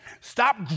Stop